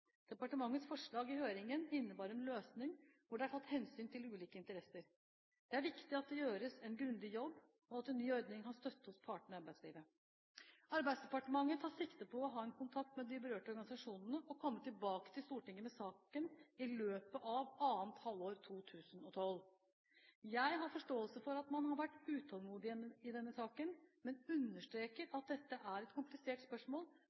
Departementets forslag i høringene innebar en løsning hvor det er tatt hensyn til ulike interesser. Det er viktig at det gjøres en grundig jobb, og at en ny ordning har støtte hos partene i arbeidslivet. Arbeidsdepartementet tar sikte på å ha en kontakt med de berørte organisasjonene og komme tilbake til Stortinget med saken i løpet av annet halvår 2012. Jeg har forståelse for at man har vært utålmodig i denne saken, men understreker at dette er et komplisert spørsmål